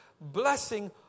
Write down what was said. blessing